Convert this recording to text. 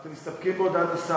אז אתם מסתפקים בהודעת השר.